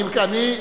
אני,